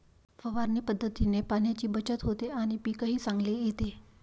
फवारणी पद्धतीने पाण्याची बचत होते आणि पीकही चांगले येते